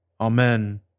Amen